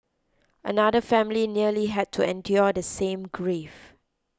another family nearly had to endure the same grief